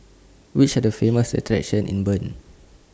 Which Are The Famous attractions in Bern